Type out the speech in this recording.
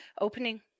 opening